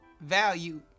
value